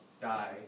die